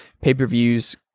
pay-per-views